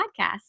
podcast